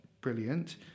brilliant